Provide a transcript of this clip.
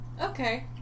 Okay